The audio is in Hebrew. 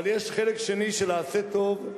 אבל יש חלק שני, של ה"עשה טוב",